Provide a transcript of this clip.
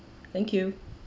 thank you